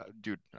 dude